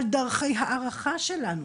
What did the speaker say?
על דרכי הערכה שלנו,